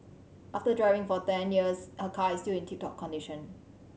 after driving for ten years her car is still in tip top condition